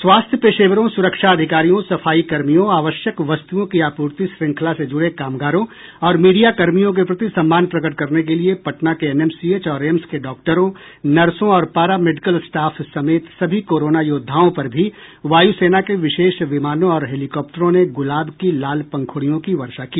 स्वास्थ्य पेशेवरों सुरक्षा अधिकारियों सफाई कर्मियों आवश्यक वस्तुओं की आपूर्ति श्रृंखला से ज़ुड़े कामगारों और मीडियाकर्मियों के प्रति सम्मान प्रकट करने के लिए पटना कें एनएमसीएच और एम्स के डॉक्टरों नर्सों और पारा मेडिकल स्टाफ समेत सभी कोरोना योद्वाओं पर भी वायु सेना के विशेष विमानों और हेलीकॉप्टरों ने गुलाब की लाल पंखुडियों की वर्षा की